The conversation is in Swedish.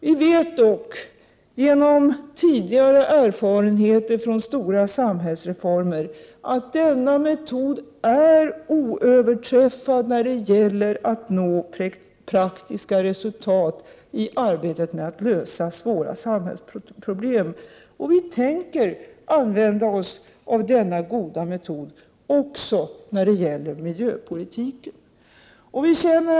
Vi vet dock genom tidigare erfarenheter från stora samhällsreformer att denna metod är oöverträffad när det gäller att nå praktiska resultat i arbetet med att lösa svåra samhällsproblem. Vi tänker använda oss av denna goda metod också när det gäller miljöpolitiken. Herr talman!